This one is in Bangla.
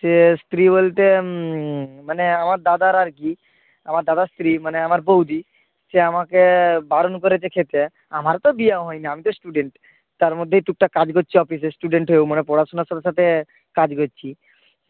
সে স্ত্রী বলতে মানে আমার দাদার আর কি আমার দাদার স্ত্রী মানে আমার বৌদি সে আমাকে বারণ করেছে খেতে আমার তো বিয়ে হয়নি আমি তো স্টুডেন্ট তার মধ্যে এই টুকটাক কাজ করছি অফিসে স্টুডেন্ট হয়েও মানে পড়াশোনার সাথে সাথে কাজ করছি